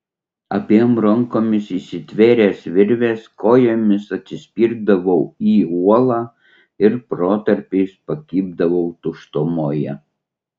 abiem rankomis įsitvėręs virvės kojomis atsispirdavau į uolą ir protarpiais pakibdavau tuštumoje